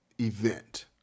event